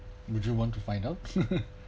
would you want to find out